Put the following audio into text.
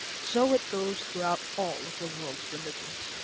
so it goes throughout all of the world's religions.